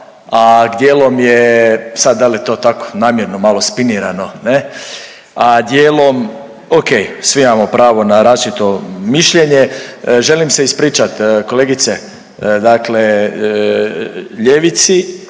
a dijelom je sad dal je to tako namjerno malo spinirano ne, a dijelom ok, svi imamo pravo na različito mišljenje. Želim se ispričat kolegice dakle ljevici